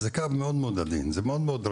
זה קו מאוד עדין ורגיש.